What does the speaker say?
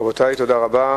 רבותי, תודה רבה.